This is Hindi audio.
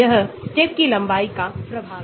ई वापसी आगमनात्मक प्रभाव